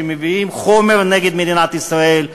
מביאים חומר נגד מדינת ישראל,